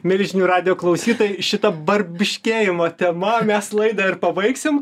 mieli žinių radijo klausytojai šita barbiškėjimo tema mes laidą ir pabaigsim